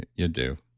ah you do.